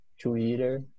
twitter